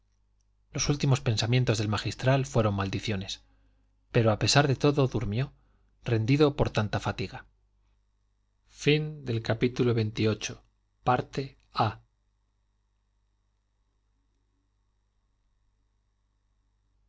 los últimos pensamientos del magistral fueron maldiciones pero a pesar de todo durmió rendido por tanta fatiga